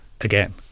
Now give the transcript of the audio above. again